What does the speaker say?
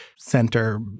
center